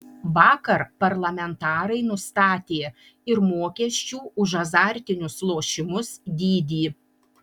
vakar parlamentarai nustatė ir mokesčių už azartinius lošimus dydį